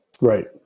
Right